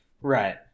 right